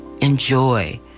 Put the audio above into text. Enjoy